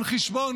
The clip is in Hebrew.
על חשבון